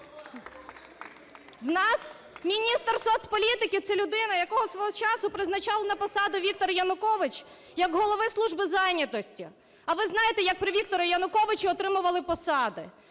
У нас міністр соцполітики – це людина, якого свого часу призначав на посаду Віктор Янукович як голову служби зайнятості. А ви знаєте, як при Віктору Януковичу отримували посади.